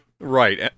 right